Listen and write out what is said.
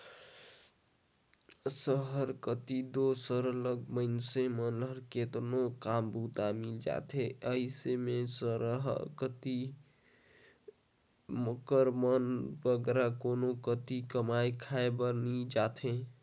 सहर कती दो सरलग मइनसे मन ल केतनो काम बूता मिल जाथे अइसे में सहर कती कर मन बगरा कोनो कती कमाए खाए बर नी जांए